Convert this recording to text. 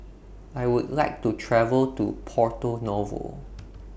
I Would like to travel to Porto Novo